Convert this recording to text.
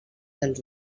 dels